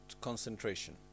concentration